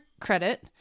credit